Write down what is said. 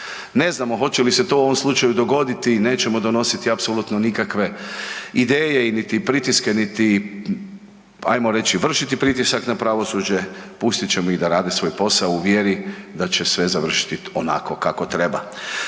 Ne znamo hoće li se to u ovom slučaju dogoditi, nećemo donositi apsolutno nikakve ideje, niti pritiske, niti, ajmo reći vršiti pritisak na pravosuđe, pustit ćemo ih da rade svoj posao u vjeri da će sve završiti onako kako treba.